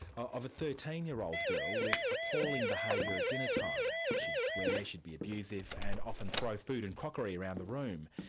of a thirteen year old girl with appalling behaviour at dinner time. she'd swear, she'd be abusive, and often throw food and crockery around the room.